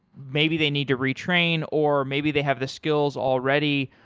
maybe they need to retrain or maybe they have the skills already.